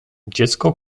dziecko